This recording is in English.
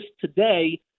today